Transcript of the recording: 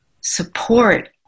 support